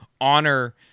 honor